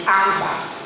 answers